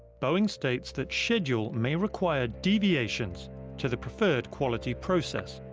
boeing states that schedule may require deviations to the preferred quality process.